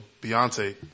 Beyonce